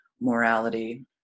morality